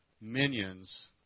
minions